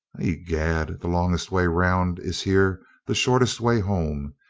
i'gad, the longest way round is here the shortest way home.